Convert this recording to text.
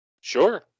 Sure